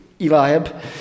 Eliab